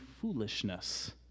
foolishness